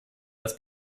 als